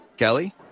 Kelly